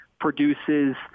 produces